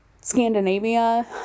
Scandinavia